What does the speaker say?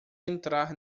entrar